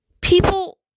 people